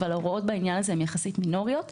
אבל ההוראות בעניין הזה הן מינוריות יחסית.